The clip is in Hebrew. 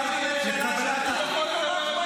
לקבלת ------ לדבר על ביטחון.